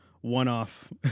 one-off